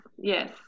yes